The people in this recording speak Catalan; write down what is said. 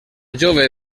jove